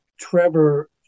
Trevor